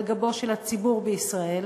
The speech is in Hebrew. על גבו של הציבור בישראל,